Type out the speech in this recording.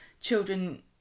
children